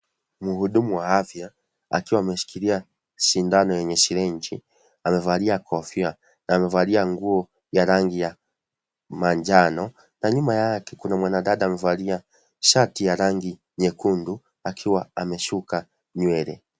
Mhudumu wa afya akiwa ameshikilia shindano yenye sirinji amevalia kofia na amevalia nguo ya rangi ya manjano na nyuma yake kuna mwanadada amevalia, shati ya rangi nyekundu akiwa ameshuka nywele.